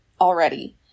already